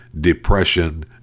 depression